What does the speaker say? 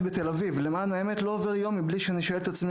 מתל-אביב: "למען האמת לא עובר יום בלי שאני שואל את עצמי